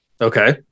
Okay